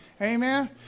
Amen